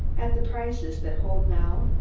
at the prices that hold now,